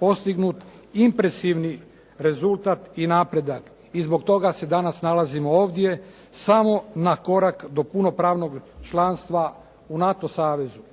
postignut impresivni rezultat i napredak. I zbog toga se danas nalazimo ovdje samo na korak do punopravnog članstva u NATO savezu.